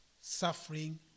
suffering